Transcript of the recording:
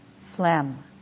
phlegm